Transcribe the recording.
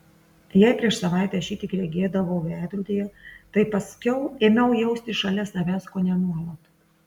jei prieš savaitę aš jį tik regėdavau veidrodyje tai paskiau ėmiau jausti šalia savęs kone nuolat